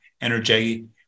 energy